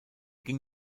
ging